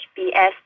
HBS